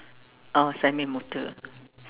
oh Sami-Muthu